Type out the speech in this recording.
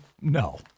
No